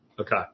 Okay